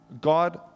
God